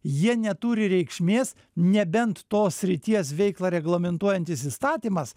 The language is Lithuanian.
jie neturi reikšmės nebent tos srities veiklą reglamentuojantis įstatymas